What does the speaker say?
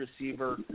receiver